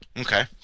Okay